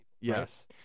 Yes